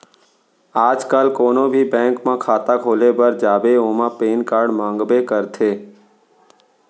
आज काल कोनों भी बेंक म खाता खोले बर जाबे ओमा पेन कारड मांगबे करथे